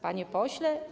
Panie Pośle!